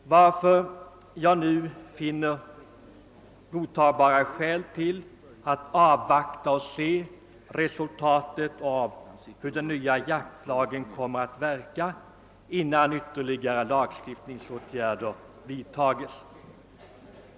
Det finns därför skäl att avvakta erfarenheterna av den nya jaktlagen innan ytterligare lagstiftningsåtgärder tas upp till behandling.